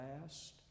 last